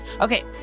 Okay